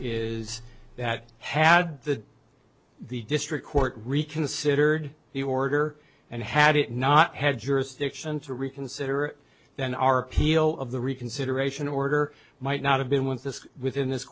is that had the the district court reconsidered the order and had it not had jurisdiction to reconsider it then our peal of the reconsideration order might not have been with this within this